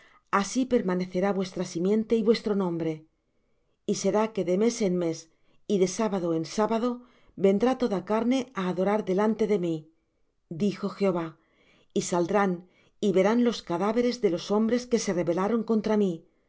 así permanecerá vuestra simiente y vuestro nombre y será que de mes en mes y de sábado en sábado vendrá toda carne á adorar delante de mí dijo jehová y saldrán y verán los cadáveres de los hombres que se rebelaron contra mí